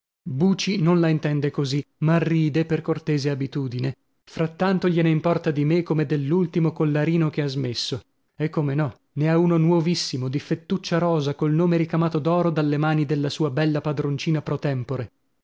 buci non la intende così ma ride per cortese abitudine frattanto gliene importa di me come dell'ultimo collarino che ha smesso e come no ne ha uno nuovissimo di fettuccia rossa col nome ricamato d'oro dalle mani della sua bella padroncina pro tempore